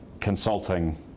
consulting